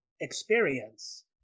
experience